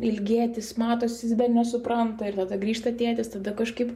ilgėtis matosi jis dar nesupranta ir tada grįžta tėtis tada kažkaip